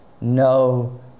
no